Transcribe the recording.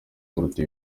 kuruta